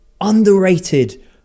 underrated